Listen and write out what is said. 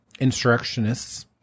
instructionists